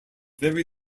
very